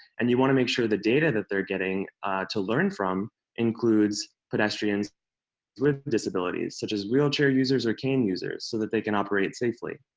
and you want to make sure the data that they're getting to learn from includes pedestrians with disabilities, such as wheelchair users or cane users, so that they can operate safely.